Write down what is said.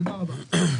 תודה רבה.